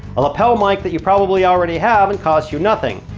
a lapel mic that you probably already have and costs you nothing.